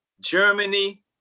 Germany